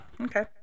okay